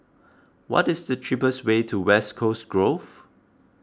what is the cheapest way to West Coast Grove